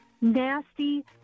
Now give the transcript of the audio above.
nasty